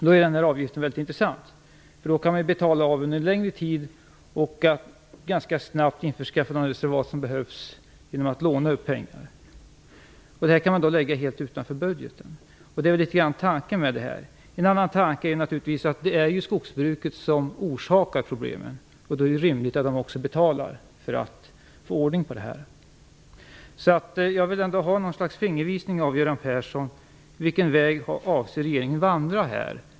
Den här avgiften är väldigt intressant. Vi kan betala under längre tid och ganska snabbt införskaffa de reservat som behövs genom att låna upp pengar. Det kan man då lägga helt utanför budgeten. Det är litet grand tanken med detta. En annan tanke är att det är skogsbruket som orsaker problemen. Det är då rimligt att det också betalar för att få ordning på detta. Jag vill ändå få någon fingervisning av Göran Persson om vilken väg som regeringen avser att vandra.